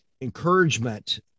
encouragement